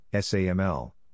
SAML